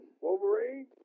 Wolverine